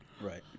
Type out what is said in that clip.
Right